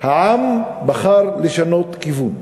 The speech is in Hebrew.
העם בחר לשנות כיוון,